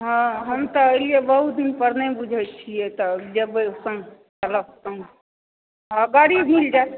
हँ हम तऽ एलियै बहुत दिन पर नहि बुझै छियै तऽ जेबै चलब संग हँ गाड़ी मिल जायत